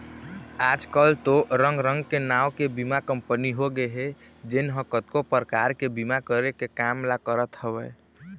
आजकल तो रंग रंग के नांव के बीमा कंपनी होगे हे जेन ह कतको परकार के बीमा करे के काम ल करत हवय